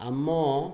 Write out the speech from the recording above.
ଆମ